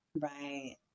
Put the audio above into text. Right